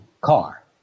car